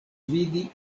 vidi